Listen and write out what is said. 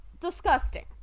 disgusting